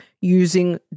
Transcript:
using